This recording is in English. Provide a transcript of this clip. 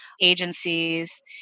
agencies